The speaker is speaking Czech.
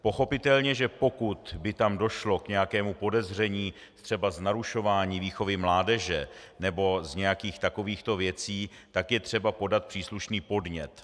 Pochopitelně pokud by tam došlo k nějakému podezření třeba z narušování výchovy mládeže nebo z nějakých takových to věcí, tak je třeba podat příslušný podnět.